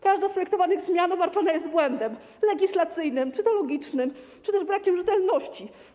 Każda z projektowanych zmian obarczona jest błędem czy to legislacyjnym, czy to logicznym, czy też brakiem rzetelności.